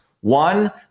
one